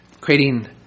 creating